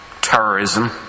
Terrorism